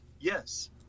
Yes